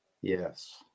Yes